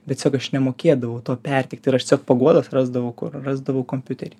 bet tiesiog aš nemokėdavau to perteikt ir aš tiesiog paguodos rasdavau kur rasdavau kompiutery